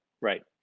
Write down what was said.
right